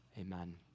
Amen